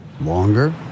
longer